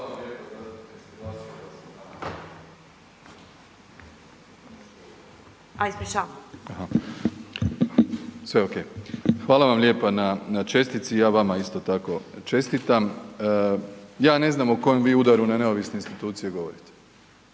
Hvala vam lijepo na čestitci. Ja vama isto tako čestitam. Ja ne znam o kojem vi udaru na neovisne institucije govorite.